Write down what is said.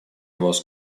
was